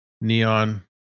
neon